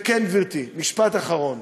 וכן, גברתי, משפט אחרון,